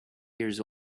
years